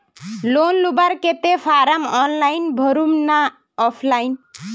Loan लुबार केते form online भरुम ने ऑफलाइन?